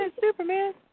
Superman